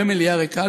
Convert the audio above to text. רואה מליאה ריקה,